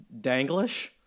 danglish